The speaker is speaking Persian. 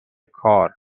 کار